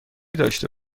داشته